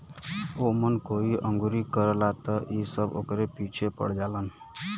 ओमन कोई अंगुरी करला त इ सब ओकरे पीछे पड़ जालन